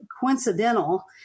coincidental